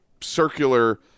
circular